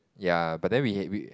ya but then we ha~ we